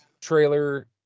trailer